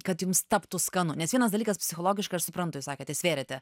kad jums taptų skanu nes vienas dalykas psichologiškai aš suprantu jūs sakėte svėrėte